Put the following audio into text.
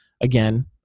again